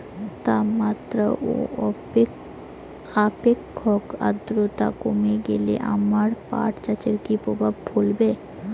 তাপমাত্রা ও আপেক্ষিক আদ্রর্তা কমে গেলে আমার পাট চাষে কী প্রভাব ফেলবে?